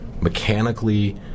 mechanically